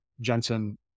Jensen